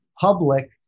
public